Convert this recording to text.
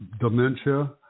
dementia